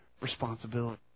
responsibility